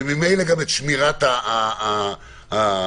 וממילא גם שמירת האכיפה.